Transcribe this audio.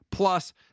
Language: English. Plus